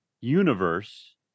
universe